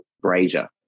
brazier